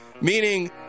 Meaning